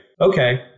okay